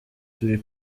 turi